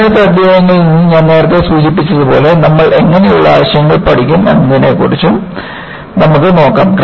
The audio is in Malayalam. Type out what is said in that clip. തിരഞ്ഞെടുത്ത അദ്ധ്യായങ്ങളിൽ ഞാൻ നേരത്തെ സൂചിപ്പിച്ചതുപോലെ നമ്മൾ എങ്ങനെയുള്ള ആശയങ്ങൾ പഠിക്കും എന്നതിനെക്കുറിച്ചും നമുക്ക് നോക്കാം